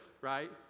right